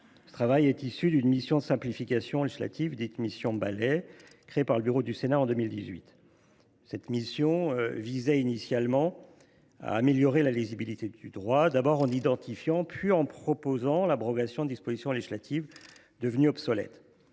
Ce travail est issu d’une mission de simplification législative, dite mission Balai, créée par le bureau du Sénat en 2018, qui visait initialement à améliorer la lisibilité du droit en identifiant puis en proposant l’abrogation de dispositions législatives devenues obsolètes.